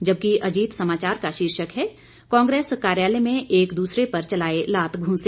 जबकि अजीत समाचार का शीर्षक है कांग्रेस कार्यालय में एक दूसरे पर चलाए लात घूंसे